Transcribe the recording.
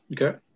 Okay